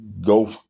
Go